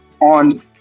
on